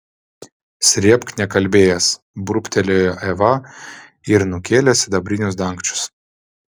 srėbk nekalbėjęs burbtelėjo eva ir nukėlė sidabrinius dangčius